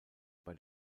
bei